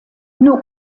nur